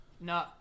No